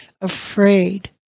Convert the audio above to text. afraid